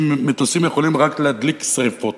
שמטוסים יכולים רק להדליק שרפות,